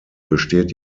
besteht